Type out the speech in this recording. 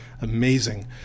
Amazing